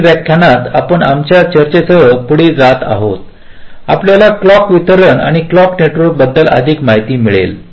पुढील व्याख्यानात आपण आमच्या चर्चेसह पुढे जात आहोत आपल्याला क्लॉक वितरण आणि क्लॉक नेटवर्कबद्दल अधिक माहिती मिळेल